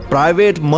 Private